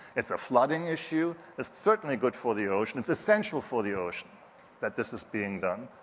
it's a flooding issue, it's certainly good for the ocean, it's essential for the ocean that this is being done.